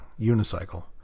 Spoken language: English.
unicycle